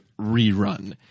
rerun